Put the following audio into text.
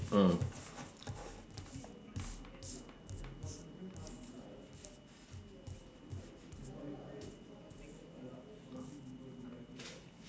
mm